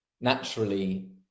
naturally